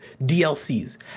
DLCs